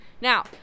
Now